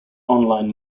online